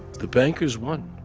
the bankers won,